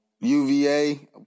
UVA